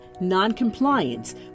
non-compliance